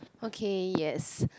okay yes